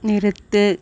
நிறுத்து